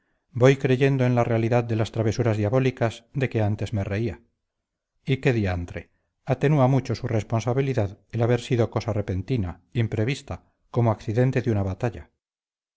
voy creyendo en la realidad de las travesuras diabólicas de que antes me reía y qué diantre atenúa mucho tu responsabilidad el haber sido cosa repentina imprevista como accidente de una batalla